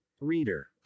Reader